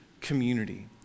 community